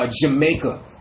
Jamaica